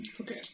Okay